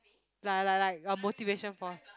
like like like a motivation force